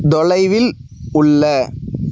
தொலைவில் உள்ள